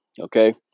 Okay